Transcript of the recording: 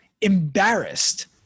embarrassed